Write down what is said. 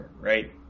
right